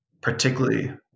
particularly